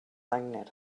wagner